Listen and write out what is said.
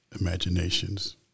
imaginations